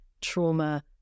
trauma